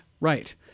Right